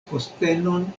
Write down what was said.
postenon